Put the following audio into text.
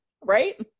right